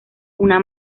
una